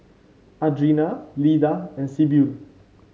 Adriana Leda and Sibyl